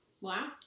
Wow